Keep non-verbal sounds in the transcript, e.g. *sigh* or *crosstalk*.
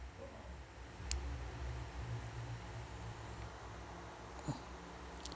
*noise*